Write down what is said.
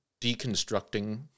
deconstructing